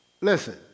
Listen